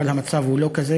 אבל המצב הוא לא כזה.